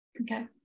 okay